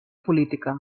política